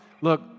Look